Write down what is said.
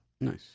nice